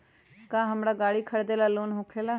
का हमरा गारी खरीदेला लोन होकेला?